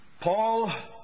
Paul